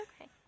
okay